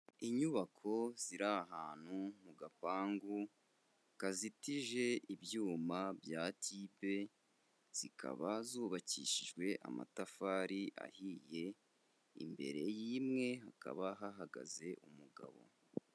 Inyubako ziri ahantu mu gapangu kazitije ibyuma bya tibe, zikaba zubakishijwe amatafari ahiye, imbere y'imwe hakaba hahagaze umugabo.